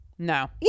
No